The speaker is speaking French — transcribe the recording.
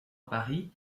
paris